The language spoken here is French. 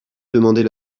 demander